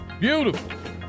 Beautiful